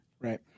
Right